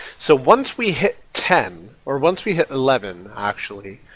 so once we hit ten, or once we hit eleven actually,